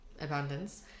abundance